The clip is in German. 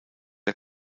der